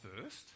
first